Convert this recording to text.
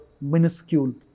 minuscule